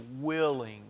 willing